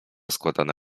składane